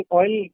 oil